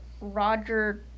Roger